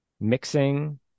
mixing